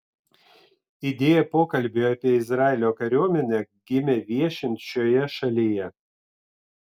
idėja pokalbiui apie izraelio kariuomenę gimė viešint šioje šalyje